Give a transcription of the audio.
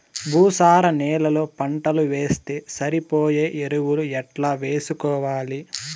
భూసార నేలలో పంటలు వేస్తే సరిపోయే ఎరువులు ఎట్లా వేసుకోవాలి?